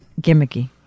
gimmicky